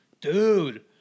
dude